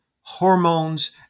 hormones